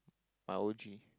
my O_G